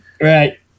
right